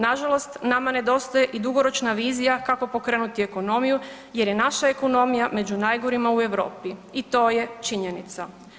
Na žalost nama nedostaje i dugoročna vizija kako pokrenuti ekonomiju, jer je naša ekonomija među najgorima u Europi i to je činjenica.